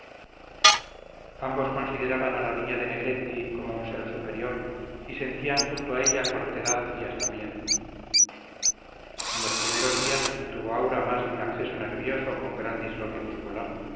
ambos consideraban a la niña de negretti como un ser superior y sentían junto a ella cortedad y hasta miedo en los primeros días tuvo aura más de un acceso nervioso con gran disloque muscular